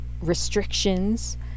restrictions